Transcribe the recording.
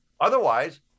Otherwise